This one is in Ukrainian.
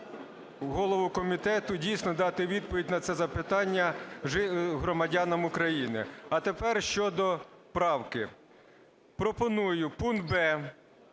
голову комітету дійсно дати відповідь на це запитання громадянам України. А тепер щодо правки. Пропоную пункт